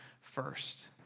first